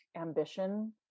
ambition